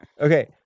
Okay